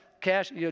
cash